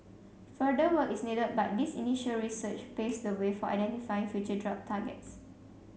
further work is needed but this initial research paves the way for identifying future drug targets